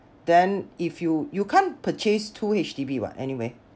then if you you can't purchase two H_D_B [what] anyway